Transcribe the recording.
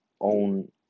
own